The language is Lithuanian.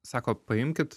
sako paimkit